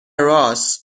رآس